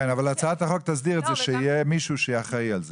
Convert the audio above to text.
אבל הצעת החוק תסדיר את זה שיהיה מישהו שיהיה אחראי על זה.